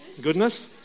Goodness